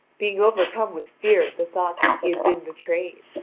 being overcome with fear at the thought that he had been betrayed.